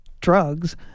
drugs